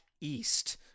east